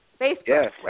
Facebook